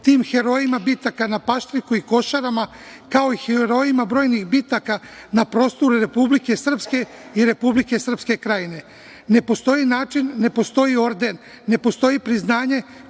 tim herojima bitaka na Paštriku i Košarama, kao i herojima brojnih bitaka na prostoru Republike Srpske i Republike Srpske Krajine. Ne postoji način, ne postoji orden, ne postoji priznanje